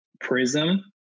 prism